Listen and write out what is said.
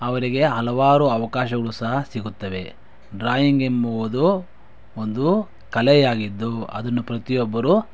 ಅವರಿಗೆ ಹಲವಾರು ಅವಕಾಶಗಳು ಸಹ ಸಿಗುತ್ತವೆ ಡ್ರಾಯಿಂಗ್ ಎಂಬುವುದು ಒಂದು ಕಲೆಯಾಗಿದ್ದು ಅದನ್ನು ಪ್ರತಿಯೊಬ್ಬರೂ